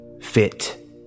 fit